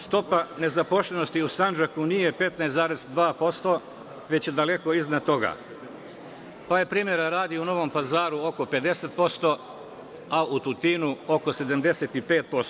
Stopa nezaposlenosti u Sandžaku nije 15,2%, već je daleko iznad toga, pa je primera radi u Novom Pazaru oko 50%, a u Tutinu oko 75%